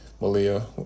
Malia